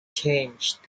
changed